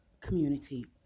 community